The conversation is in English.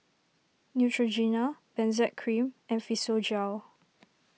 Neutrogena Benzac Cream and Physiogel